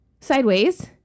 sideways